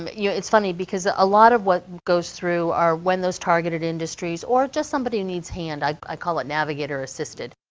um you it's funny because ah a lot of what goes through our when those targeted industries, or just somebody who needs a hand, i call it navigator assisted,